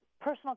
personal